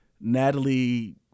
Natalie